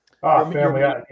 Family